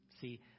See